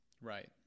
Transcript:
right